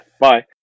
Bye